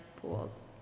pools